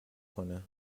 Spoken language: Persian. کنه